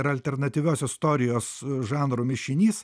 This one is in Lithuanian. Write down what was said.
ir alternatyviosios istorijos žanrų mišinys